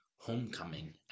Homecoming